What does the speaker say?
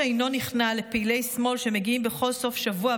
משה אינו נכנע לפעילי שמאל שמגיעים בכל סוף שבוע,